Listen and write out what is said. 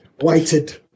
waited